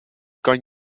kan